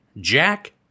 Jack